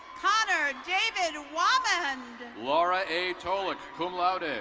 connor david wommand. laura a. a tolek, cum laude. ah